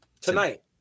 tonight